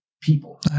people